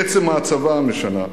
עצם ההצבה משנה.